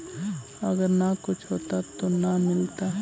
अगर न कुछ होता तो न मिलता?